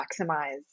maximize